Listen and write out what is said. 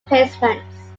placements